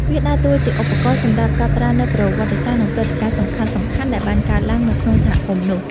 វាដើរតួជាឧបករណ៍សម្រាប់កត់ត្រានូវប្រវត្តិសាស្ត្រ ឬព្រឹត្តិការណ៍សំខាន់ៗដែលបានកើតឡើងនៅក្នុងសហគមន៍នោះ។